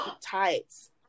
tights